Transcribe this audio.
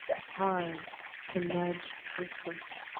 a pause to nudge her foot.